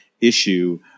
issue